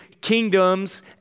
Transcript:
kingdoms